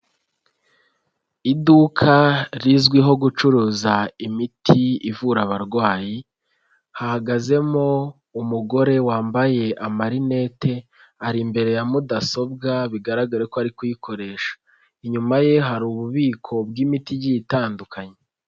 Iduka rizwiho gucuruza imiti ivura abarwayi, hahagazemo umugore wambaye amarinete, ari imbere ya mudasobwa bigaragare ko ari kuyikoresha. Inyuma ye hari ububiko bw'imiti igiye itandukanye.